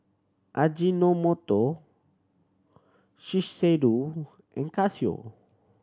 Ajinomoto Shiseido and Casio